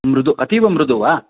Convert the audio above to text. मृदुः अतीव मृदुः वा